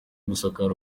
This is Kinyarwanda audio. gusakara